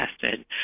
tested